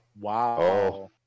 Wow